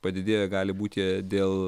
padidėję gali būti jie dėl